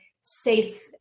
safe